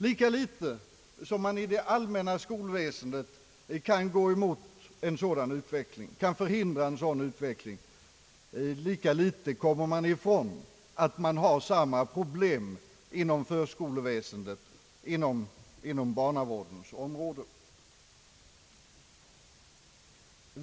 Lika litet som man i det allmänna skolväsendet kan förhindra en sådan utveckling, lika litet kommer man ifrån att samma problem finns inom förskoleväsendet, på barnavårdens område.